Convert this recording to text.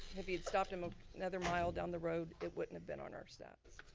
if he'd stopped him ah another mile down the road, it wouldn't have been on our stats.